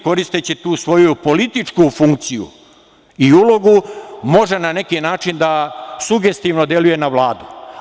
Koristeći tu svoju političku funkciju i ulogu može na neki način da sugestivno deluje na Vladu.